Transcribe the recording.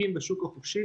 שוב,